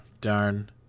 Darn